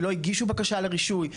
שלא הגישו בקשה לרישוי.